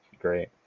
great